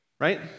right